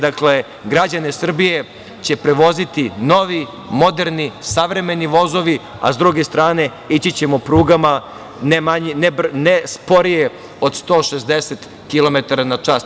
Dakle, građane Srbije će prevoziti novi, moderni, savremeni vozovi, a sa druge strane, ići ćemo prugama ne sporije od 160 kilometara na čas.